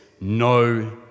no